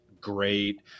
Great